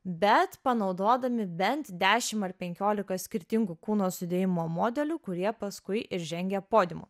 bet panaudodami bent dešim ar penkiolika skirtingų kūno sudėjimo modelių kurie paskui ir žengia podiumu